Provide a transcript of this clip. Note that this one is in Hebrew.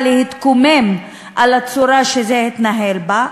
להתקומם על הצורה שזה התנהל בה.